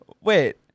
Wait